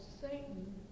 Satan